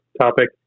topic